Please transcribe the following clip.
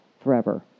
forever